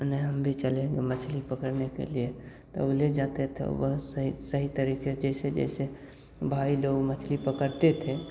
नहीं हम भी चलेंगे मछली पकड़ने के लिए तब ले जाते थे बहुत सही सही तरीके से जैसे जैसे भाई लोग मछली पकड़ते थे